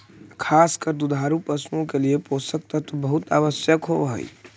खास कर दुधारू पशुओं के लिए पोषक तत्व बहुत आवश्यक होवअ हई